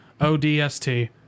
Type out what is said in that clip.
ODST